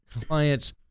clients